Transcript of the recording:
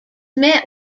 met